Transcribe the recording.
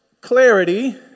clarity